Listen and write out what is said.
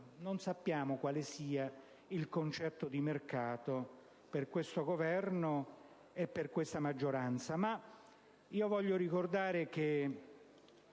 non sappiamo quale sia il concetto di mercato per questo Governo e per questa maggioranza,